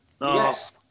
Yes